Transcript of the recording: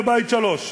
מבית 2 לבית 3?